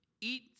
eat